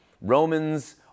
Romans